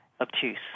obtuse